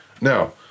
Now